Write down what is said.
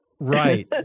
Right